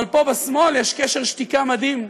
אבל פה בשמאל יש קשר שתיקה מדהים,